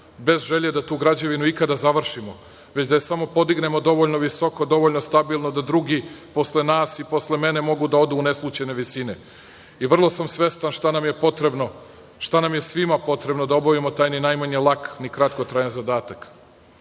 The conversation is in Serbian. bez želje da tu građevinu ikada završimo, već da je samo podignemo dovoljno visoko, dovoljno stabilno da drugi posle nas i posle mene mogu da odu u neslućene visine. Vrlo sam svestan šta nam je potrebno, šta nam je svima potrebno da obavimo taj ni najmanje lak, ni kratkotrajan zadatak,